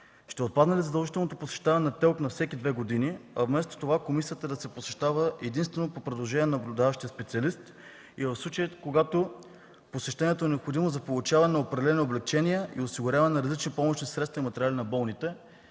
Ще отпадне ли задължителното посещение на ТЕЛК на всеки две години, а вместо това комисията да се посещава единствено по предложение на наблюдаващия специалист и в случаи, когато посещението е необходимо за получаване на определени облекчения и осигуряване на различни помощни средства и материали от болните?